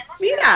Mira